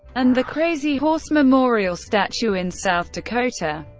and the crazy horse memorial statue in south dakota.